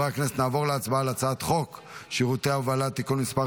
נעבור להצבעה על הצעת חוק שירותי הובלה (תיקון מס'